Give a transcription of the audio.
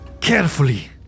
Carefully